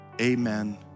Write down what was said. Amen